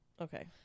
Okay